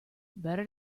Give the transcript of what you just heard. better